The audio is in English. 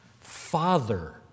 Father